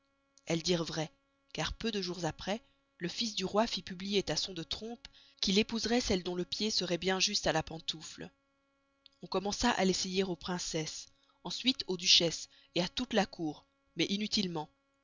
elles dirent vray car peu de jours aprés le fils du roy fit publier à son de trompe qu'il épouseroit celle dont le pied seroit bien juste à la pentoufle on commença à l'essayer aux princesses ensuite aux duchesses à toute la cour mais inutilement